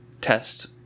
test